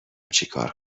چیکار